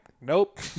nope